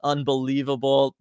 Unbelievable